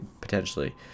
potentially